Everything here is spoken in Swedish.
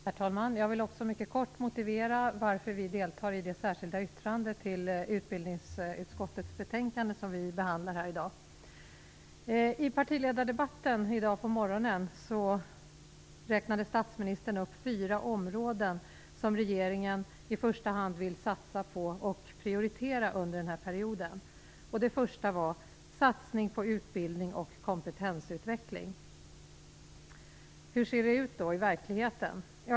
Herr talman! Också jag vill mycket kort motivera varför vi står bakom det särskilda yttrandet vid det betänkande från utbildningsutskottet som nu behandlas. I partiledardebatten i dag på morgonen räknade statsministern upp fyra områden som regeringen i första hand vill satsa på och prioritera under den här perioden. Det gällde först satsning på utbildning och kompetensutveckling. Hur ser det då ut i verkligheten?